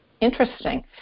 interesting